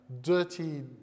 dirty